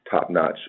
top-notch